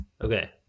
Okay